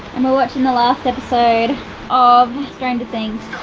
and we're watching the last episode of stranger things.